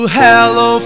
hello